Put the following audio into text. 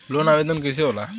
Loan आवेदन कैसे होला?